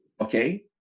Okay